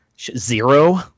Zero